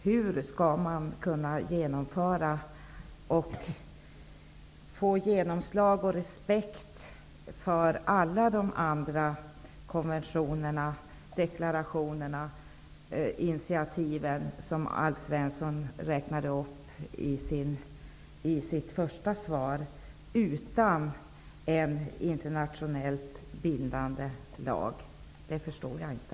Hur skall man kunna genomföra och få genomslag och respekt för alla de andra konventionerna, deklarationerna och initiativen som Alf Svensson räknade upp i sitt svar utan en internationellt bindande lag? Det förstår jag inte.